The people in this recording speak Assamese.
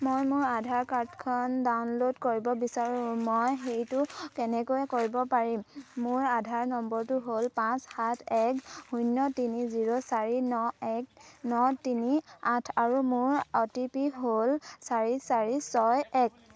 মই মোৰ আধাৰ কাৰ্ডখন ডাউনল'ড কৰিব বিচাৰোঁ মই সেইটো কেনেকৈ কৰিব পাৰিম মোৰ আধাৰ নম্বৰটো হ'ল পাঁচ সাত এক শূন্য তিনি জিৰ' চাৰি ন এক ন তিনি আঠ আৰু মোৰ অ' টি পি হ'ল চাৰি চাৰি ছয় এক